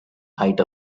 height